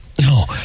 no